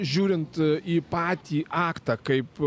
žiūrint į patį aktą kaip